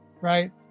right